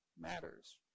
matters